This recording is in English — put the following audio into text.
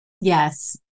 Yes